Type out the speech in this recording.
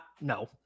no